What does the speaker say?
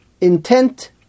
intent